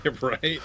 Right